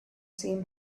same